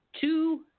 Two